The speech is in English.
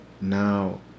now